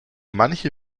manche